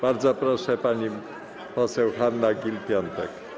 Bardzo proszę, pani poseł Hanna Gill-Piątek.